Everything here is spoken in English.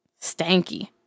stanky